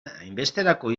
hainbesterako